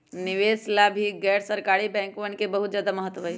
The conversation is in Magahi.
निवेश ला भी गैर सरकारी बैंकवन के बहुत ज्यादा महत्व हई